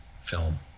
film